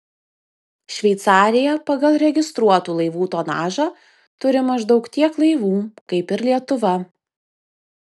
šveicarija pagal registruotų laivų tonažą turi maždaug tiek laivų kaip ir lietuva